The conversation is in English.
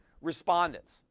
respondents